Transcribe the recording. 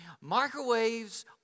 Microwaves